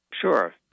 Sure